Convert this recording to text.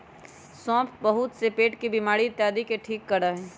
सौंफ बहुत से पेट के बीमारी इत्यादि के ठीक करा हई